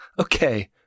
Okay